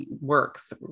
works